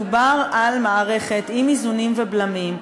מדובר על מערכת עם איזונים ובלמים,